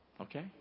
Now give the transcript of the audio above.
Okay